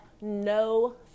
no